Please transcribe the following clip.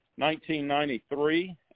1993